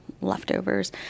leftovers